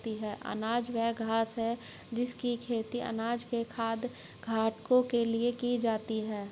अनाज वह घास है जिसकी खेती अनाज के खाद्य घटकों के लिए की जाती है